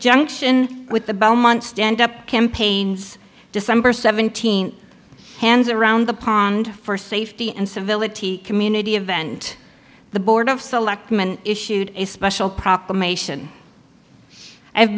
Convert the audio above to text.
junction with the belmont stand up campaigns december seventeenth hands around the pond for safety and civility community event the board of selectmen issued a special proclamation i